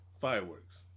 fireworks